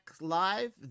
live